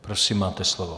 Prosím, máte slovo.